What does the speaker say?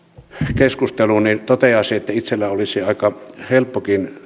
keskusteluun toteaisin että itselläni olisi aika helppokin